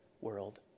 world